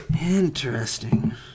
Interesting